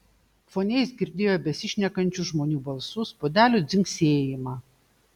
fone jis girdėjo besišnekančių žmonių balsus puodelių dzingsėjimą